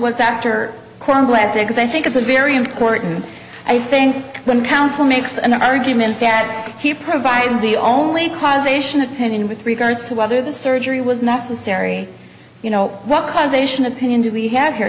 because i think it's a very important i think when counsel makes an argument that he provided the only cause ation opinion with regards to whether the surgery was necessary you know what causation opinion do we have here